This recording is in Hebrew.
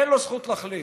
אין לו זכות להחליט.